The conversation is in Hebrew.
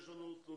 יש לנו תלונות.